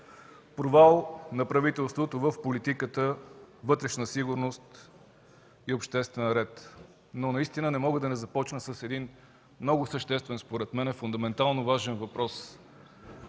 провал на правителството в политиката „Вътрешна сигурност и обществен ред”, но наистина не мога да не започна с един много съществен, според мен, фундаментално важен въпрос.